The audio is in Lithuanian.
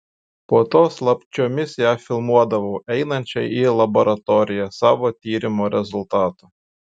po to slapčiomis ją filmuodavau einančią į laboratoriją savo tyrimo rezultatų